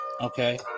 Okay